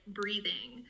breathing